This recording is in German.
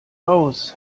aus